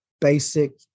basic